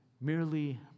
merely